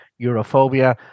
Europhobia